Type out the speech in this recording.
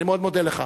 אני מאוד מודה לך.